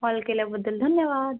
call केल्याबद्दल धन्यवाद